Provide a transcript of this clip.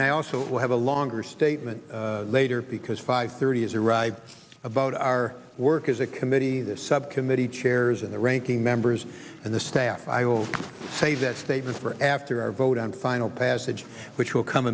and i also will have a longer statement later because five thirty is arrived about our work as a committee the subcommittee chairs and the ranking members and the staff i will say that statement for after our vote on final passage which will come